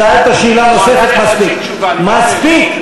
שאלת שאלה נוספת, מספיק.